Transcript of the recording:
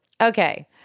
Okay